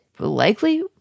likely